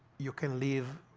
you can live